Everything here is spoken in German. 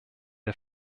der